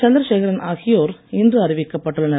சந்திரசேகரன் ஆகியோர் இன்று அறிவிக்கப்பட்டுள்ளனர்